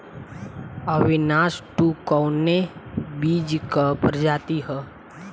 अविनाश टू कवने बीज क प्रजाति ह?